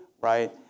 right